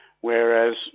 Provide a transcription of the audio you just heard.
Whereas